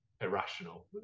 irrational